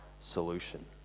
solution